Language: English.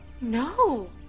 No